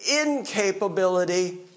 incapability